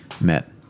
met